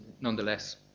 nonetheless